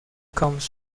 comes